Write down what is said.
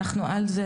אנחנו על זה.